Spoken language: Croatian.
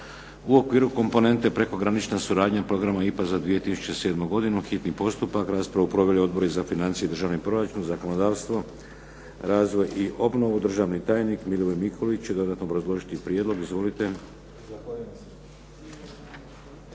u okviru komponente prekogranična suradnja programa IPA za 2007. godinu, hitni postupak, prvo i drugo čitanje, P.Z. br. 262 Raspravu proveli Odbori za financije i državni proračun, zakonodavstvo, razvoj i obnovu. Državni tajnik Milivoj Mikulić će dodatno obrazložiti prijedlog. Izvolite.